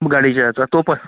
गाडीच्या याचा तो प